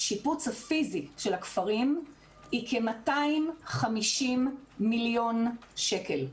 בשיפוץ הפיזי של הכפרים היא כ-250 מיליון שקל.